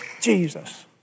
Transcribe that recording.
Jesus